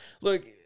Look